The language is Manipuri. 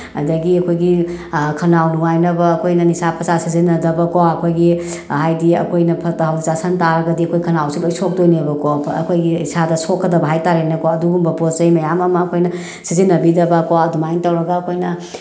ꯑꯗꯒꯤ ꯑꯩꯈꯣꯏꯒꯤ ꯈꯧꯅꯥꯎ ꯅꯨꯡꯉꯥꯏꯅꯕ ꯑꯩꯈꯣꯏꯅ ꯅꯤꯁꯥ ꯄꯁꯥ ꯁꯤꯖꯤꯟꯅꯗꯕꯀꯣ ꯑꯩꯈꯣꯏꯒꯤ ꯍꯥꯏꯗꯤ ꯑꯩꯈꯣꯏꯅ ꯐꯠꯇꯕ ꯆꯥꯁꯤꯟ ꯇꯥꯔꯒꯗꯤ ꯑꯩꯈꯣꯏ ꯈꯧꯅꯥꯎꯁꯤ ꯂꯣꯏ ꯁꯣꯛꯇꯣꯏꯅꯦꯕꯀꯣ ꯑꯩꯈꯣꯏꯒꯤ ꯏꯁꯥꯗ ꯁꯣꯛꯀꯗꯕ ꯍꯥꯏ ꯇꯥꯔꯦꯅꯦꯀꯣ ꯑꯗꯨꯒꯨꯝꯕ ꯄꯣꯠ ꯆꯩ ꯃꯌꯥꯝ ꯑꯃ ꯑꯩꯈꯣꯏꯅ ꯁꯤꯖꯤꯟꯅꯕꯤꯗꯕꯀꯣ ꯑꯗꯨꯃꯥꯏꯅ ꯇꯧꯔꯒ ꯑꯩꯈꯣꯏꯅ